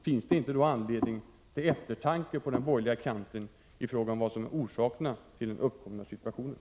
Finns det då inte anledning till eftertanke på den borgerliga kanten i fråga om vad som är orsaken till den uppkomna situationen?